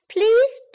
Please